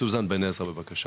סוזן בן עזרא, בבקשה.